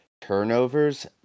turnovers